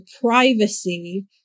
privacy